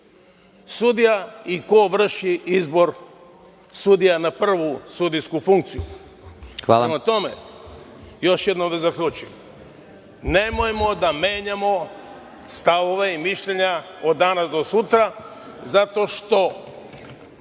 sudija i ko vrši izbor sudija na prvu sudijsku funkciju. Prema tome, još jednom da zaključim, nemojmo da menjamo stavove i mišljenja od danas do sutra, zato što